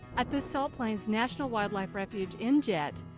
at the salt plains national wildlife refuge in jet,